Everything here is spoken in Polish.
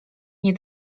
nie